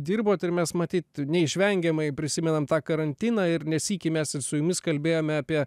dirbot ir mes matyt neišvengiamai prisimename tą karantiną ir ne sykį mes ir su jumis kalbėjome apie